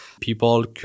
people